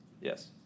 Yes